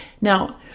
Now